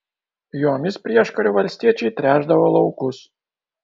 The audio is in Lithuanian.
jomis prieškariu valstiečiai tręšdavo laukus